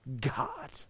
god